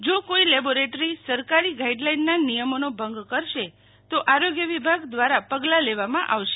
જો કોઈ લેબોરેટરી સરકારી ગાઈડલાઈનના નિયમોનો ભંગ કરશે તો આરોગ્ય વિભાગ દ્વારા પગલા લેવામાં આવશે